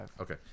Okay